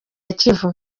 kivu